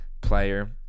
player